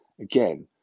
again